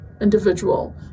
individual